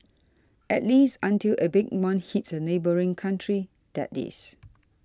at least until a big one hits a neighbouring country that is